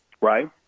right